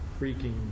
freaking